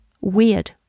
weird